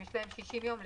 יש להם 60 ימים לשלם.